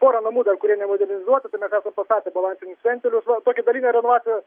porą namų dar kurie nemodernizuoti tai mes esam pastatę balansinius ventilius va tokį dalyką renovacijos